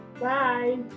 Bye